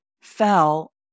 fell